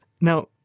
Now